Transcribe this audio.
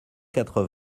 quatre